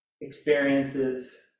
experiences